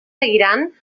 seguiran